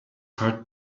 heart